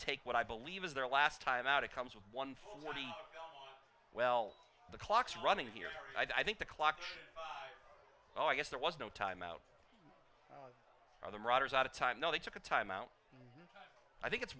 take what i believe is their last time out it comes with one forty well the clock's running here i think the clock oh i guess there was no timeout or the writers out of time know they took a timeout i think it's